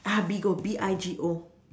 ah Bigo B I G O